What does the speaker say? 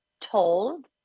told